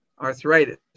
arthritis